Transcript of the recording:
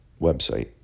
website